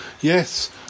Yes